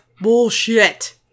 bullshit